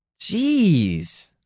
Jeez